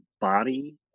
body